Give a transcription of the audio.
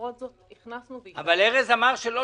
למרות זאת הכנסנו --- אבל ארז אמר שלא,